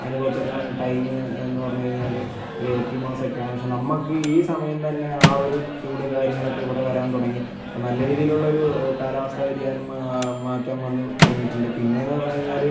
അനുഭവപ്പെടുന്ന ടൈമ് എന്ന് പറഞ്ഞു കഴിഞ്ഞാല് ഒരു ഏപ്രിൽ മാസമൊക്കെയാണ് പക്ഷെ നമുക്ക് ഈ സമയം തന്നെ ആ ഒരു ചൂട് കാര്യങ്ങളൊക്കെ ഇവിടെ വരാൻ തുടങ്ങി അപ്പോൾ നല്ല രീതിയിൽ ഉള്ളൊരു കാലാവസ്ഥ വ്യതിയാനം മാറ്റം വന്ന് തുടങ്ങിയിട്ടുണ്ട് പിന്നെ എന്ന് പറഞ്ഞു കഴിഞ്ഞാല്